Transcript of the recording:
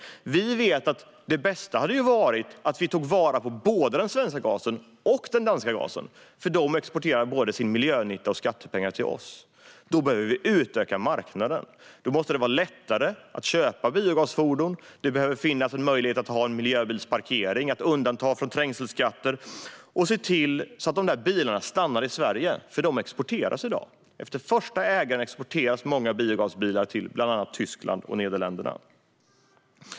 Vi vet att det bästa hade varit att vi tog vara både på den svenska och på den danska gasen, för Danmark exporterar både miljönytta och skattepengar till oss. Men då behöver vi utöka marknaden. Då måste det vara lättare att köpa biogasfordon. Det behöver finnas en möjlighet att ha miljöbilsparkeringar, att göra undantag från trängselskatter och att se till att biogasbilarna blir kvar i Sverige. I dag exporteras många biogasbilar efter första ägaren till bland annat Tyskland och Nederländerna.